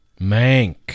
Mank